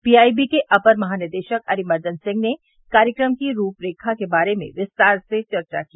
PIB के अपर महानिदेशक अरिमर्दन सिंह ने कार्यक्रम की रूपरेखा के बारे में विस्तार से चर्चा की